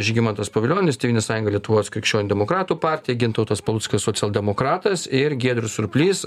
žygimantas pavilionis tėvynės sąjunga lietuvos krikščionių demokratų partija gintautas paluckas socialdemokratas ir giedrius surplys